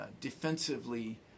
defensively